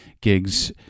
gigs